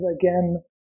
again